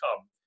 come